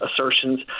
assertions